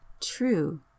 True